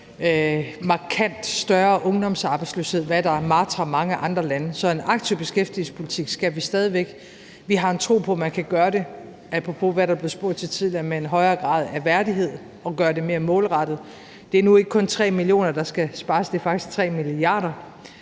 markant større ungdomsarbejdsløshed, hvad der martrer mange andre lande. Så en aktiv beskæftigelsespolitik skal vi stadig væk have. Og vi har en tro på, at man kan gøre det – apropos hvad der er blevet spurgt til tidligere – med en højere grad af værdighed og gøre det mere målrettet. Det er nu ikke kun 3 mio. kr., der skal spares, men det er faktisk 3 mia.